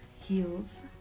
heels